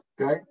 Okay